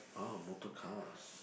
oh motorcars